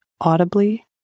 audibly